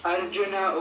Arjuna